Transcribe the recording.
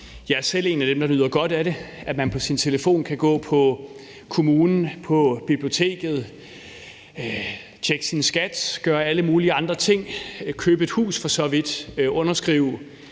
jeg er selv en af dem, der nyder godt af, at man på sin telefon kan gå på kommunen, på biblioteket, tjekke sin skat og gøre alle mulige andre ting, købe et hus for så vidt, underskrive